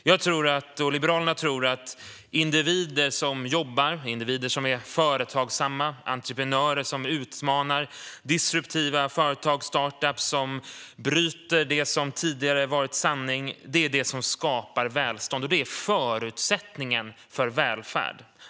Jag och Liberalerna tror att individer som jobbar, individer som är företagsamma, entreprenörer som utmanar och disruptiva företag-start-ups som bryter det som tidigare har varit sanning är det som skapar välstånd. Detta är förutsättningen för välfärd.